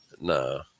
No